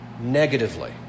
Negatively